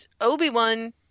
obi-wan